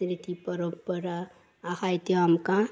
रिती परंपरा आसात त्यो आमकां